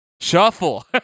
Shuffle